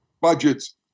budgets